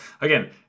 again